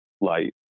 light